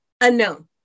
unknown